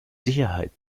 sicherheit